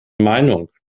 meinung